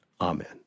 Amen